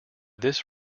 this